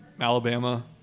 Alabama